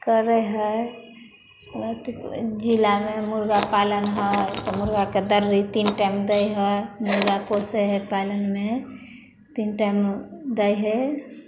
करै हय बहुत जिलामे मुर्गा पालन हइ तऽ मुर्गाके दर्री किनके दै हइ मुर्गा पोसै हइ पालनमे तीन टाइम दै हइ